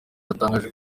yatangaje